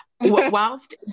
whilst